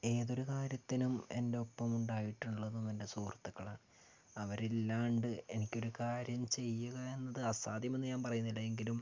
ഏതൊരു കാര്യത്തിനും എൻ്റെ ഒപ്പം ഉണ്ടായിട്ടുള്ളത് എൻ്റെ സുഹൃത്തുക്കളാണ് അവരിലാണ്ട് എനിക്കൊര് കാര്യം ചെയ്യുക എന്നത് അസാധ്യമെന്ന് ഞാൻ പറയുന്നില്ല എങ്കിലും